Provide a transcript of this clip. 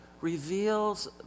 reveals